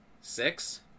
six